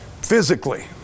Physically